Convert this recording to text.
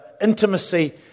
intimacy